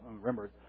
remember